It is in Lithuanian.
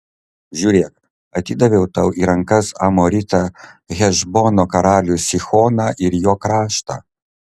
žiūrėk atidaviau tau į rankas amoritą hešbono karalių sihoną ir jo kraštą